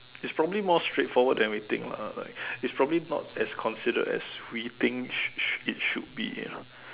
it's probably more straightforward than we think lah like it's probably not as considered as we think sh~ sh~ it should be you know